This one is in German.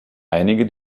einige